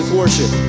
worship